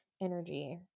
energy